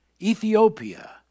Ethiopia